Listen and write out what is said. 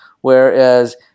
Whereas